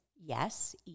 Yes